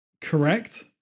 correct